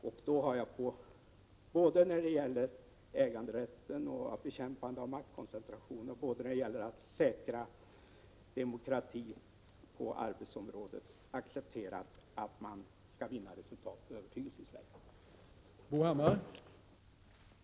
Därför har jag när det gäller såväl äganderätten som bekämpande av maktkoncentration och säkrande av demokratin på arbetsområdet accepterat att man skall vinna resultat genom majoritetsbeslut på övertygelsens väg.